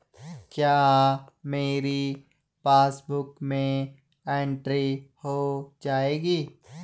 क्या मेरी पासबुक में एंट्री हो जाएगी?